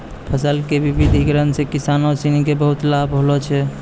फसल के विविधिकरण सॅ किसानों सिनि क बहुत लाभ होलो छै